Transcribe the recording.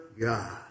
God